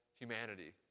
humanity